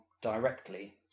directly